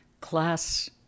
Class